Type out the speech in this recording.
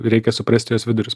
reikia suprasti jos vidurius